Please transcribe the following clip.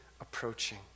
approaching